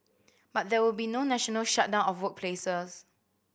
but there will be no national shutdown of workplaces